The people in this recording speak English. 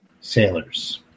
sailors